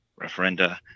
referenda